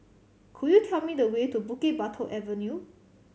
could you tell me the way to Bukit Batok Avenue